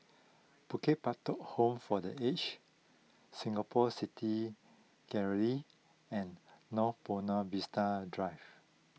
Bukit Batok Home for the Aged Singapore City Gallery and North Buona Vista Drive